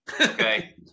okay